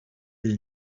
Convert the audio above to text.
will